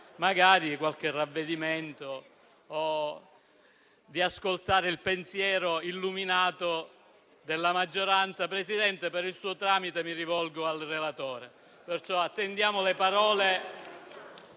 di qualche ravvedimento o di ascoltare il pensiero illuminato della maggioranza. Presidente, per suo tramite, mi rivolgo al relatore: attendiamo le sue parole